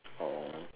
oh